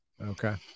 Okay